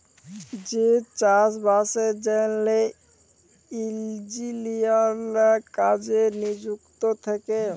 যে চাষ বাসের জ্যনহে ইলজিলিয়াররা কাজে লিযুক্ত থ্যাকে